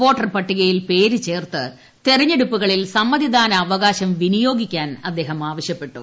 voter പട്ടികയിൽ പേര് ചേർത്ത് തെരഞ്ഞെടുപ്പുകളിൽ സമ്മതിദാനാവകാശം വിനിയോഗിക്കാൻ അദ്ദേഹം ആവശ്യപ്പെട്ടു